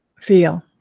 feel